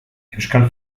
euskal